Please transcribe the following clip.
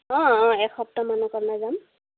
অঁ অঁ এসপ্তাহমানৰ কাৰণে যাম